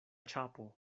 ĉapo